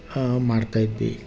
ಮಾಡ್ತಾ ಇದ್ವಿ